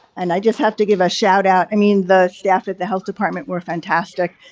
and i just have to give a shout-out i mean the staff at the health department were fantastic.